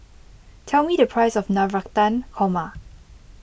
tell me the price of Navratan Korma